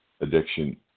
addiction